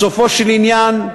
בסופו של עניין,